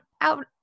out